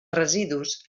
residus